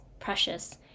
precious